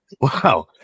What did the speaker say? wow